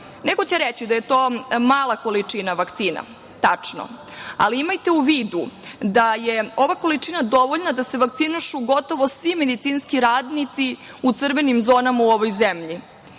će reći da je to mala količina vakcina. Tačno, ali imajte u vidu da je ova količina dovoljna da se vakcinišu gotovo svi medicinski radnici u crvenim zonama u ovoj zemlji,